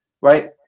Right